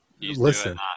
Listen